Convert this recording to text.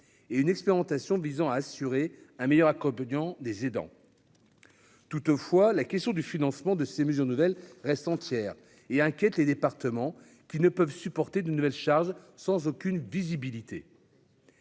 et une expérimentation visant à assurer un meilleur accommodions des aidants toutefois la question du financement de ces mesures nouvelles récentes hier et inquiète les départements qui ne peuvent supporter de nouvelles charges sans aucune visibilité.